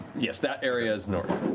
yes, that area's north.